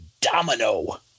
Domino